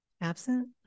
Absent